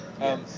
Yes